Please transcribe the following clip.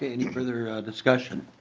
any further discussion?